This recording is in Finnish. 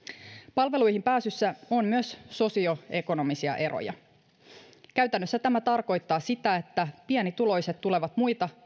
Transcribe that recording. palveluihin pääsyssä on myös sosioekonomisia eroja käytännössä tämä tarkoittaa sitä että pienituloiset tulevat muita